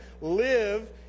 live